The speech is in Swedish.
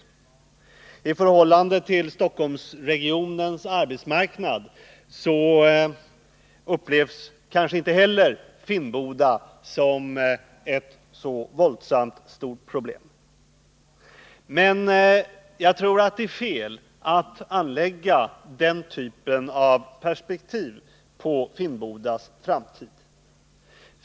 Kanske inte heller i förhållande till Stockholmsregionens arbetsmarknad upplevs Finnboda såsom ett så våldsamt stort problem. Men jag tror att det är fel att anlägga den typen av perspektiv på Finnbodas framtid.